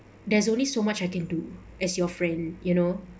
there's only so much I can do as your friend you know